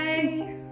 Bye